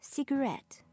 Cigarette